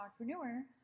entrepreneur